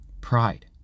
Pride